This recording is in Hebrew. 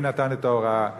מי נתן את ההוראה.